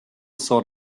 sort